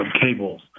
cables